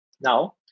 Now